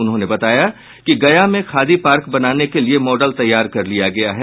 उन्होंने बताया कि गया में खादी पार्क बनाने के लिए मॉडल तैयार कर लिया गया है